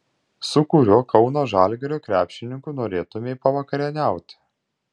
su kuriuo kauno žalgirio krepšininku norėtumei pavakarieniauti